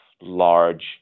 large